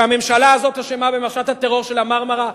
שהממשלה הזאת אשמה במשט הטרור של ה"מרמרה"?